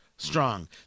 strong